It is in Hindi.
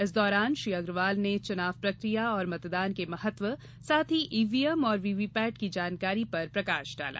इस दौरान श्री अग्रवाल ने चुनाव प्रकिया और मतदान के महत्व साथ ही ईवीएम और वीवीपैट की जानकारी पर प्रकाश डाला